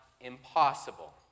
impossible